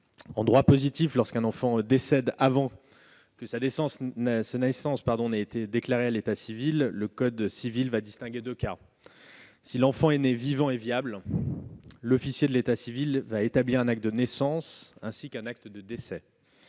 En droit positif, lorsqu'un enfant décède avant que sa naissance ait été déclarée à l'état civil, le code civil distingue deux cas. Si l'enfant est né vivant et viable, l'officier de l'état civil établit un acte de naissance, ainsi qu'un acte de décès.